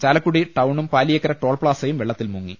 ചാലക്കുടി ടൌണും പാലിയേക്കര ടോൾപ്പാസയും വെള്ള ത്തിൽ മുങ്ങി